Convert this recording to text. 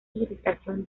irritación